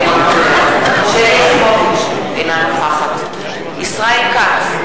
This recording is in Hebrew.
אינו נוכח שלי יחימוביץ, אינה נוכחת ישראל כץ,